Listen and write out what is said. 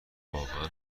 واقعا